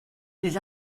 les